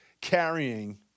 carrying